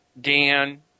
Dan